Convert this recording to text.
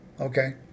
Okay